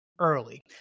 early